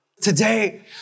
Today